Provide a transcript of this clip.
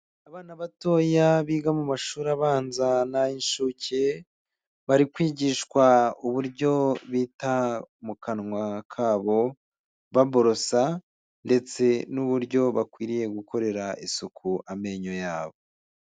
Abana batoya biga mu mashuri abanza n'ay'inshuke bari kwigishwa uburyo bita mu kanwa kabo baborosa ndetse n'uburyo bakwiriye gukorera isuku amenyo yabo.